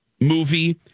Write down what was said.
movie